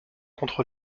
contre